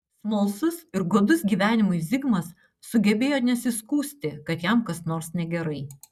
smalsus ir godus gyvenimui zigmas sugebėjo nesiskųsti kad jam kas nors negerai